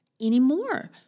anymore